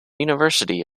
university